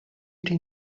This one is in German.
den